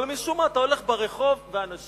אבל משום מה אתה הולך ברחוב ואנשים